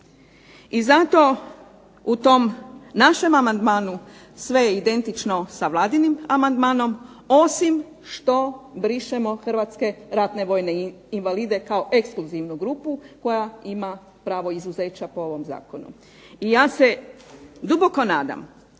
I zato u tom našem amandmanu sve je identično sa vladinim amandmanom osim što brišemo hrvatske ratne vojne invalide kao ekskluzivnu grupu koja ima pravo izuzeća po ovom zakonu. I ja se duboko nadam